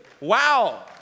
Wow